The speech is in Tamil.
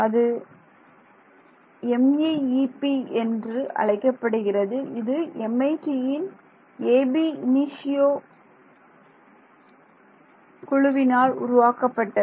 அது MEEP என்று அழைக்கப்படுகிறது இது MITயின் Ab இனிஷியோ குழுவினால் உருவாக்கப்பட்டது